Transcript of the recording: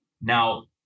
Now